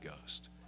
Ghost